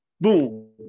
boom